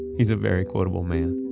he's a very quotable man.